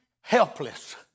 helpless